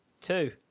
Two